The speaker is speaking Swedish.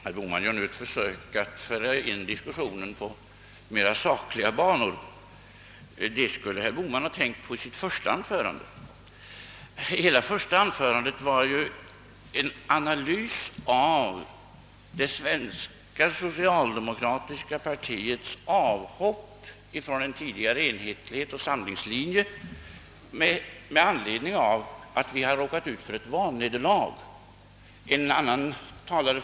Herr talman! Herr Bohman försökte nu föra in diskussionen i mera sakliga banor. Det skulle han ha gjort i det första anförandet, som ju var en analys av det svenska socialdemokratiska partiets avhopp från en tidigare enhetlig samlingslinje. Anledningen till avhoppet var att vi råkat ut för ett valneder lag, menade herr Bohman.